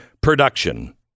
production